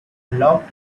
locked